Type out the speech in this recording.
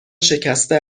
شکسته